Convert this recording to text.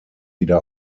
wieder